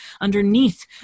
underneath